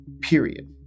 period